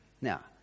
Now